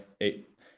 eight